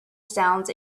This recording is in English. sounds